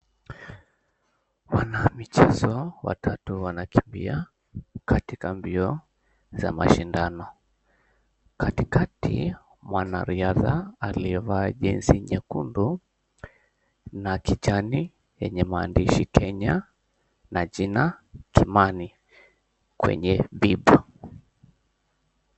Wanamichezo watatu wanakimbia, katika mbio za mashindano. Katikati, mwanariadha aliyevaa jezi nyekundu na kijani yenye maandishi Kenya na jina Kimani, kwenye bib .